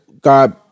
God